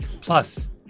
Plus